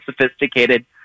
sophisticated